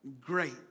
Great